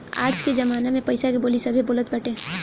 आज कअ जमाना में पईसा के बोली सभे बोलत बाटे